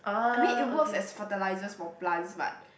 I mean it works as fertilizers for plants but